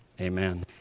amen